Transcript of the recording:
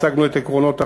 והצגנו את עקרונות החוק.